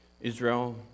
Israel